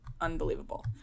unbelievable